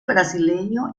brasileño